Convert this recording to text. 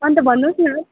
अन्त भन्नुहोस् न